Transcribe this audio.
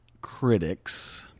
critics